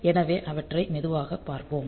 எனவே அவற்றை மெதுவாக பார்ப்போம்